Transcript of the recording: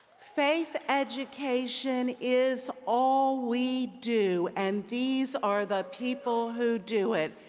faith education is all we do and these are the people who do it.